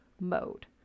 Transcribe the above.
mode